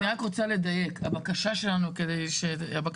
אני רק רוצה לדייק, הבקשה שלנו היא להוסיף.